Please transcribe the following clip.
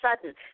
sudden